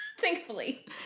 Thankfully